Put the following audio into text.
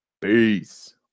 peace